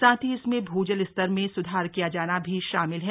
साथ ही इसमें भूजल स्तर में स्धार किया जाना भी शामिल है